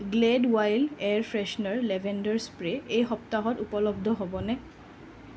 Glade wild air freshener lavender spray এই সপ্তাহত উপলব্ধ হ'বনে